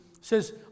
says